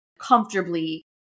comfortably